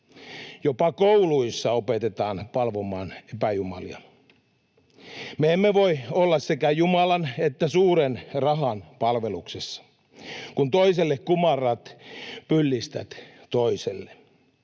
Jopa kouluissa opetetaan palvomaan epäjumalia. Me emme voi olla sekä Jumalan että suuren rahan palveluksessa. Kun toiselle kumarrat, pyllistät toiselle.